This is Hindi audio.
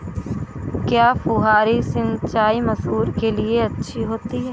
क्या फुहारी सिंचाई मसूर के लिए अच्छी होती है?